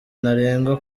ntarengwa